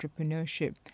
entrepreneurship